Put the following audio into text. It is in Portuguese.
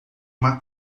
uma